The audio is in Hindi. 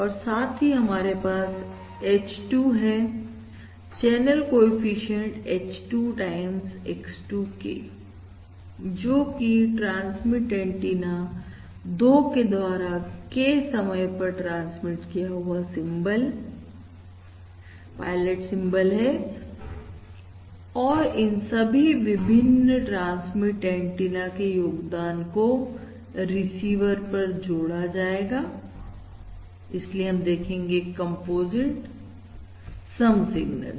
और साथ ही साथ हमारे पास H2 है channel coefficient H2 times X2 K जोकि ट्रांसमिट एंटीना 2 के द्वारा K समय पर ट्रांसमिट किया हुआ सिंबल पायलट सिंबल है और इन सभी विभिन्न ट्रांसमिट एंटीना के योगदान को रिसीवर पर जोड़ा जाएगा और इसलिए हम देखेंगे एक कमपोजिट सम सिग्नल